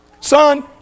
Son